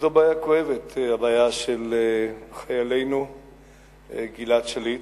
זו בעיה כואבת, הבעיה של חיילנו גלעד שליט,